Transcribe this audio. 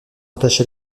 attachés